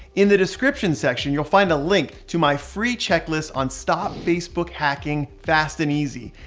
in the description section, you'll find a link to my free checklist on stop facebook hacking fast and easy.